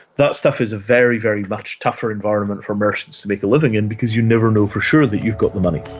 that stuff is a very, very much tougher environment for merchants to make a living in because you never know for sure that you've got the money.